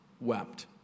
wept